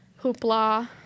Hoopla